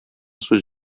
сүз